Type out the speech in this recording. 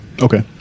Okay